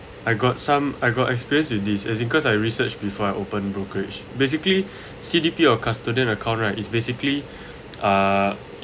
I got some I got experience in these it's because I research before I open brokerage basically C_D_P or custodian account right is basically err